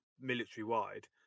military-wide